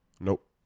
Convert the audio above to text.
Nope